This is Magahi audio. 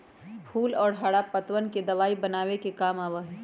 फूल और हरा पत्तवन के दवाई बनावे के काम आवा हई